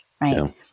Right